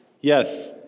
Yes